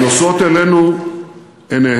הן נושאות אלינו עיניהן